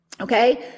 Okay